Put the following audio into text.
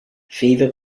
fever